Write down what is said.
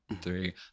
Three